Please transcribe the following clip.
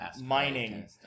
mining